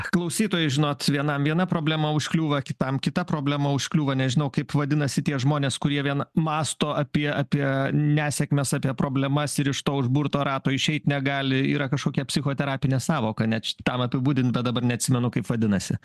klausytojai žinot vienam viena problema užkliūva kitam kita problema užkliūva nežinau kaip vadinasi tie žmonės kurie vien mąsto apie apie nesėkmes apie problemas ir iš to užburto rato išeit negali yra kažkokia psichoterapinė sąvoka net šitam apibūdint bet dabar neatsimenu kaip vadinasi